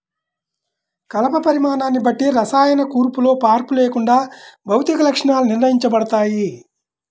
కలప పరిమాణాన్ని బట్టి రసాయన కూర్పులో మార్పు లేకుండా భౌతిక లక్షణాలు నిర్ణయించబడతాయి